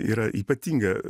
yra ypatinga